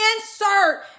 insert